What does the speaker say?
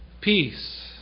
peace